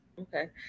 okay